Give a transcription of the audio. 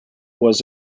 was